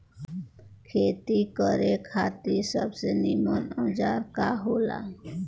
खेती करे खातिर सबसे नीमन औजार का हो ला?